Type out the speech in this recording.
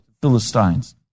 Philistines